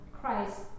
Christ